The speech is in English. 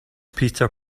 peter